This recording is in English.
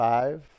Five